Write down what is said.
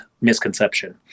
misconception